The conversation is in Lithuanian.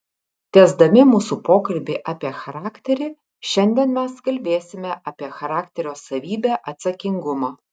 tęsdami mūsų pokalbį apie charakterį šiandien mes kalbėsime apie charakterio savybę atsakingumą